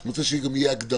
אני רוצה שגם יהיו הגדרות.